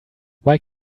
why